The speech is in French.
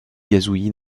gazouillis